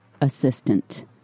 assistant